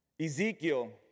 Ezekiel